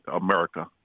America